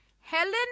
Helen